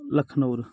Lakhnaur